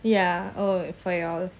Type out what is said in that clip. ya oh for you all